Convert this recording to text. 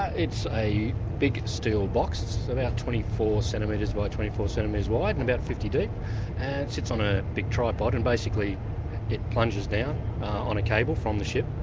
it's a big steel box, it's about twenty four centimetres by twenty four centimetres wide and about fifty deep, and it sits on a big tripod. and basically it plunges down on a cable from the ship,